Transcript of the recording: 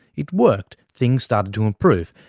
it worked. things started to improve,